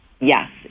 Yes